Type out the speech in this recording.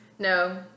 No